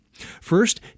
First